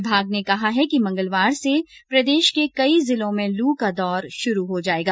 विभाग ने कहा है कि मंगलवार से प्रदेश के कई जिलों में लू का दौ शुरू हो जायेगा